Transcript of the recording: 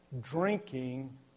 drinking